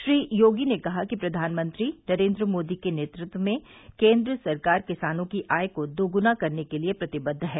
श्री योगी ने कहा कि प्रधानमंत्री नरेन्द्र मोदी के नेतृत्व में केन्द्र सरकार किसानों की आय को दोग्ना करने के लिये प्रतिबद्व है